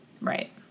Right